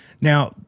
Now